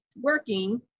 working